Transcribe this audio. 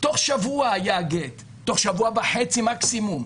בתוך שבוע היה הגט, תוך שבוע וחצי מקסימום.